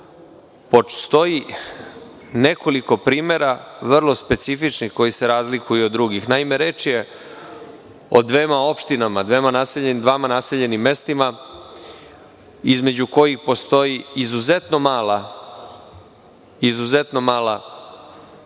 postoji nekoliko primera vrlo specifičnih koji se razlikuju od drugih. Naime, reč je o dvema opštinama, dvama naseljenim mestima, između kojih postoji izuzetno mala kilometarska